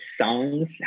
songs